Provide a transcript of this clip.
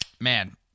man